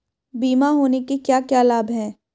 बीमा होने के क्या क्या लाभ हैं?